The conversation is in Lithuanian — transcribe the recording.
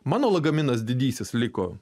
mano lagaminas didysis liko